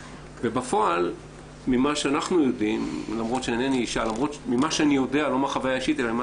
ממה שאני יודע לא מהחוויה האישית אלא ממה